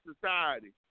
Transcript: society